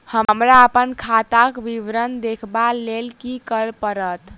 हमरा अप्पन खाताक विवरण देखबा लेल की करऽ पड़त?